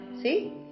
See